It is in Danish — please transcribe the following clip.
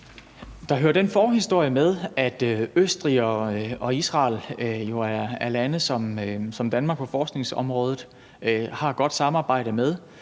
Der hører den forhistorie med, at Østrig og Israel jo er lande, som Danmark på forskningsområdet har et godt samarbejde med.